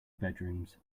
bedrooms